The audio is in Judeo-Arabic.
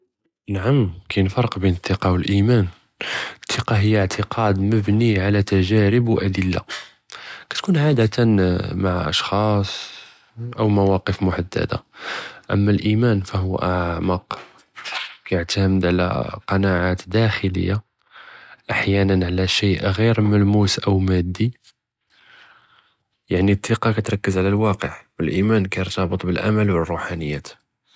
עַם קין פרק בין אלתסקה ואלאימאן, אלתסקה היא איאתקד מבני על תג'ארב ואדלה, קטכון عادתן עם אשחאס או מוואקף מחדדה, אמה אלאימאן פחו קייעתמד על קנעות דח'ליה, אחיינאן על שעי' ג'יר מלמוס או מאדי, יעני אלתסקה קאתרקז על אלוואקע, ואלאימאן קירתבט באלאמל ואלרוחאניות.